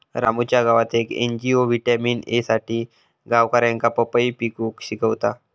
रामूच्या गावात येक एन.जी.ओ व्हिटॅमिन ए साठी गावकऱ्यांका पपई पिकवूक शिकवता